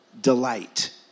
delight